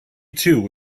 two